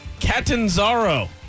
Catanzaro